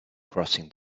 crossing